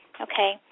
Okay